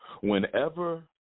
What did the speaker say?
Whenever